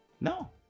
No